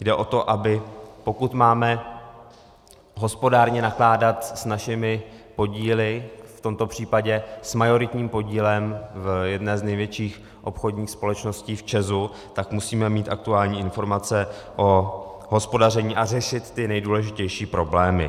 Jde o to, aby pokud máme hospodárně nakládat s našimi podíly, v tomto případě s majoritním podílem v jedné z největších obchodních společností, v ČEZu, tak musíme mít aktuální informace o hospodaření a řešit ty nejdůležitější problémy.